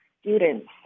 students